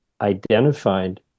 identified